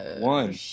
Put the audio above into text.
one